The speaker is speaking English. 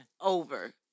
over